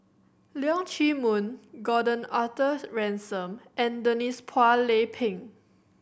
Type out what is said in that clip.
Leong Chee Mun Gordon Arthur Ransome and Denise Phua Lay Peng